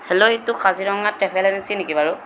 hello এইটো Kaziranga travel agency নেকি বাৰু